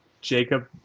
Jacob